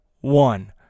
one